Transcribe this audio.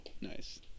Nice